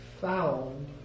found